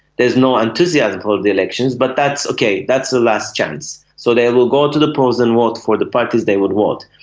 there is no enthusiasm for the elections but that's okay, that's the last chance. so they will go to the polls and vote for the parties they would want.